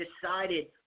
decided –